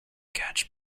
catch